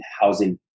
housing